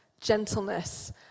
gentleness